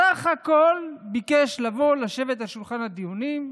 בסך הכול הוא ביקש לבוא ולשבת אל שולחן הדיונים,